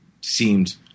seemed